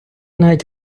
навіть